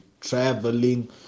traveling